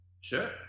sure